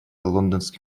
лондонской